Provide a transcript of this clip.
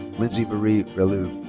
lindsey maria relue.